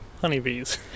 honeybees